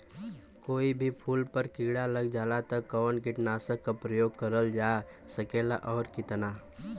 कोई भी फूल पर कीड़ा लग जाला त कवन कीटनाशक क प्रयोग करल जा सकेला और कितना?